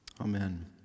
Amen